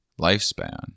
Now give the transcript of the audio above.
lifespan